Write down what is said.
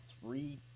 three